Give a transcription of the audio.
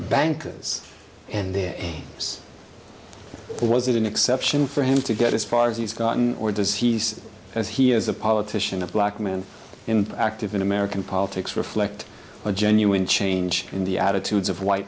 bankers and their or was it an exception for him to get as far as he's gotten or does he see as he is a politician a black man in active in american politics reflect a genuine change in the attitudes of white